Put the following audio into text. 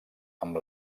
amb